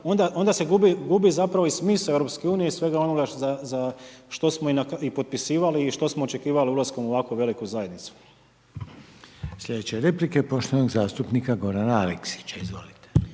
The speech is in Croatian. onda se gubi zapravo i smisao EU-a i svega onoga za što smo i potpisivali i što smo očekivali ulaskom u ovakvu veliku zajednicu. **Reiner, Željko (HDZ)** Slijedeća replika je poštovanog zastupnika Gorana Aleksića, izvolite.